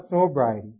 sobriety